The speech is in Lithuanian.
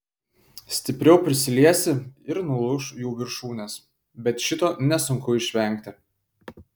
stipriau prisiliesi ir nulūš jų viršūnės bet šito nesunku išvengti